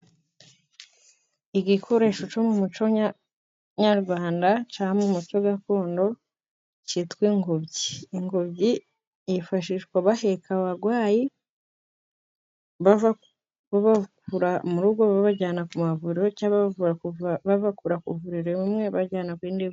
Igikoresho cyo mu muco nyarwanda, cyangwa mu muco gakondo cyitwa ingobyi. Ingobyi yifashishwa baheka abarwayi babakura mu rugo babajyana ku mavuriro, cyangwa babakura ku ivuriro rimwe babajyana ku rindi vuriro.